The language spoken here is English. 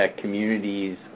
communities